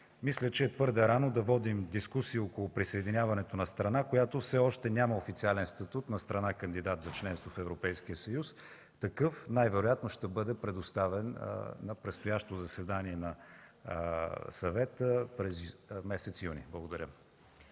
Мисля, че е твърде рано да водим дискусии около присъединяването на страна, която все още няма официален статут на страна – кандидат за членство в Европейския съюз. Такъв най-вероятно ще бъде предоставен на предстоящото заседание на Съвета през месец юни. Благодаря.